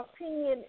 opinion